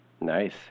nice